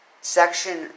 Section